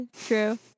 True